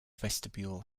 vestibule